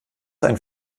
einen